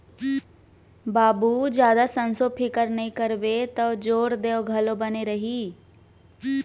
बाबू जादा संसो फिकर नइ करबे तौ जोर देंव घलौ बने रही